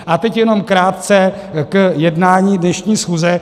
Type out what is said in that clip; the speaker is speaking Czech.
A teď jenom krátce k jednání dnešní schůze.